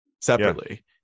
separately